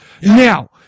Now